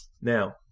Now